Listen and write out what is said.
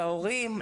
להורים,